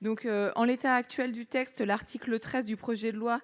donc en l'état actuel du texte, l'article 13 du projet de loi